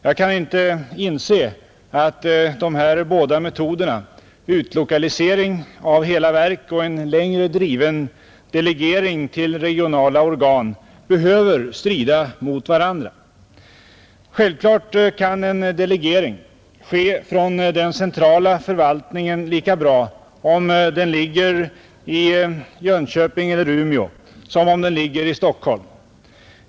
Jag kan inte inse att dessa båda metoder — utlokalisering av hela verk och en längre driven delegering till regionala organ — behöver strida mot varandra. Självklart kan en delegering ske från den centrala förvaltningen lika bra om den ligger i Jönköping eller Umeå som om den ligger i Stockholm.